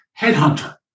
headhunter